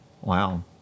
Wow